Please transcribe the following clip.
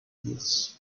meals